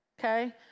okay